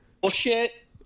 bullshit